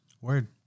Word